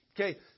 Okay